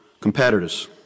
competitors